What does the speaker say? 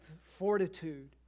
fortitude